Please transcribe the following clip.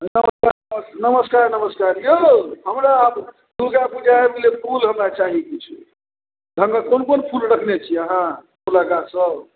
नमस्कार नमस्कार नमस्कार यौ हमरा आब दुरगा पूजा आबि गेलै फूल हमरा चाही किछु ढङ्गके कोन कोन फूल रखने छी अहाँ फूलके गाछसब